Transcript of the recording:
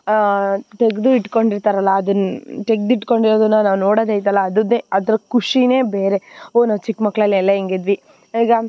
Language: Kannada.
ತೆಗೆದು ಇಟ್ಟುಕೊಂಡಿರ್ತಾರಲ್ಲ ಅದನ್ನು ತೆಗೆದಿಟ್ಕೊಂಡಿರೋದನ್ನ ನಾವು ನೋಡೋದು ಐತಲ ಅದ್ರದ್ದೇ ಅದ್ರ ಖುಷಿಯೇ ಬೇರೆ ಓಹ್ ನಾವು ಚಿಕ್ಕ ಮಕ್ಳಲ್ಲಿ ಎಲ್ಲ ಹೀಗಿದ್ವಿ ಈಗ